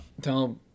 tell